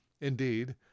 Indeed